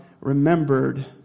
remembered